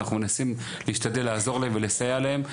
אנחנו מנסים להשתדל לעזור להם ולסייע להם,